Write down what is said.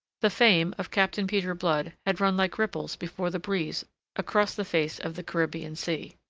the fame of captain peter blood had run like ripples before the breeze across the face of the caribbean sea.